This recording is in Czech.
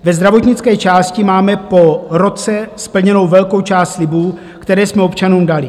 Ve zdravotnické části máme po roce splněnu velkou část slibů, které jsme občanům dali.